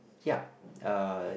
ya uh